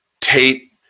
Tate